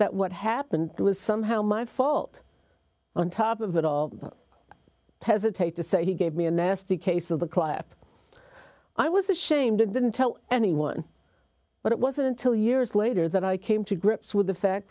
that what happened it was somehow my fault on top of it all hesitate to say he gave me a nasty case of the clap i was ashamed and didn't tell anyone but it wasn't until years later that i came to grips with the fact